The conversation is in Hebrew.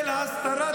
שלך, כסף לרש"פ.